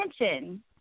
attention